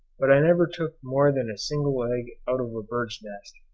but i never took more than a single egg out of a bird's nest,